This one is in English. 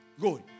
Good